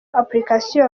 application